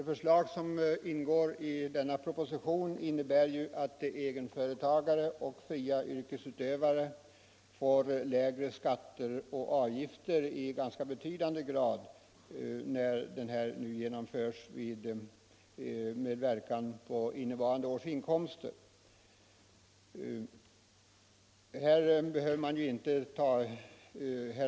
Förslaget i propositionen innebär att egenföretagare och fria yrkesutövare när förslaget genomförs med verkan på innevarande års inkomster får i betydande grad lägre skatter och avgifter.